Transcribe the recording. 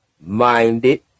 minded